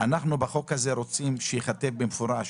בחוק הזה אנחנו רוצים שייכתב במפורש